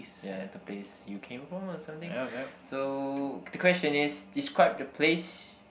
ya the place you came from or something so the question is describe the place